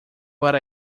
but